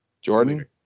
Jordan